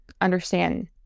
understand